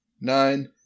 nine